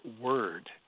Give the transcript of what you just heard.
word